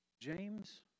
James